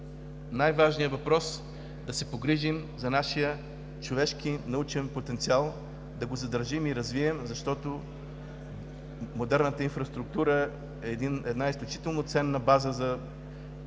най-важният въпрос – да се погрижим за нашия човешки научен потенциал, да го задържим и развием, защото модерната инфраструктура е една изключително ценна база за